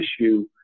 issue